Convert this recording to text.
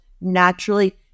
naturally